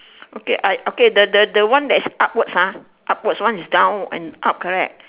okay I okay the the the the one that's upwards ah upwards one is down and up correct